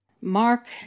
Mark